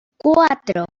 cuatro